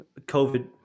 COVID